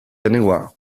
anyone